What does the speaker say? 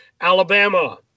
Alabama